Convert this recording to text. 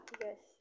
yes